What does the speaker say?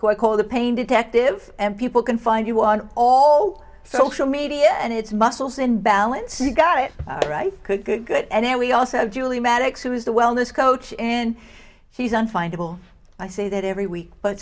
who i call the pain detective and people can find you on all social media and it's muscles in balance you got it right good good good and then we also have julie maddox who is the wellness coach and she's on final i say that every week but